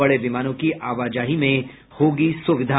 बड़े विमानों की आवाजाही में होगी सुविधा